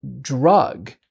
drug